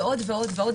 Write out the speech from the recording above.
ועוד ועוד ועוד.